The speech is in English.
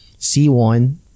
C1